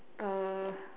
uh